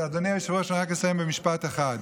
אדוני היושב-ראש, רק אסיים במשפט אחד.